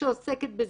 שעוסקת בזנות,